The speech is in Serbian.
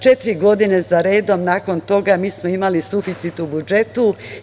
Četiri godine za redom nakon toga mi smo imali suficit u budžetu.